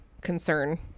concern